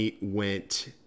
went